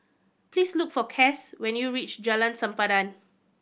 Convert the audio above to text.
please look for Cas when you reach Jalan Sempadan